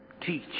Teach